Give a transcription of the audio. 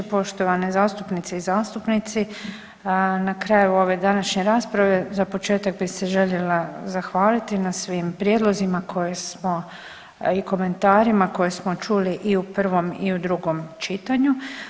Poštovane zastupnice i zastupnici, na kraju ove današnje rasprave za početak bi se željela zahvaliti na svim prijedlozima koje smo i komentarima koje smo čuli i u prvom i u drugom čitanju.